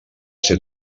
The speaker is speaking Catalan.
ser